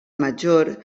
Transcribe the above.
major